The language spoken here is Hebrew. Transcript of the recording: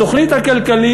התוכנית הכלכלית